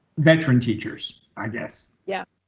veteran teachers, i guess. yeah.